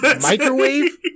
Microwave